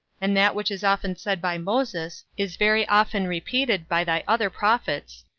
and that which is often said by moses, is very often repeated by thy other prophets,